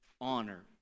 Honor